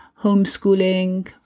homeschooling